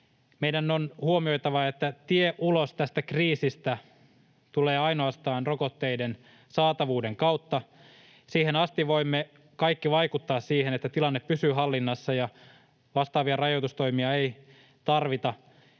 Meidän on huomioitava, että tie ulos tästä kriisistä tulee ainoastaan rokotteiden saatavuuden kautta. Siihen asti voimme kaikki vaikuttaa siihen, että tilanne pysyy hallinnassa ja vastaavia rajoitustoimia ei tarvita